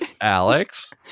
Alex